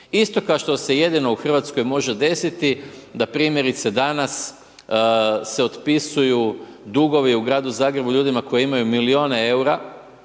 isto kao što se jedini u Hrvatskoj može desiti da primjerice danas se otpisuju dugovi u gradu Zagrebu ljudima koji imaju milijune eura